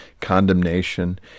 condemnation